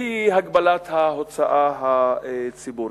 הן הגבלת ההוצאה הציבורית,